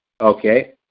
Okay